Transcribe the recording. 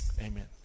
amen